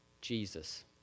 Jesus